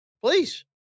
Please